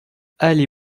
allée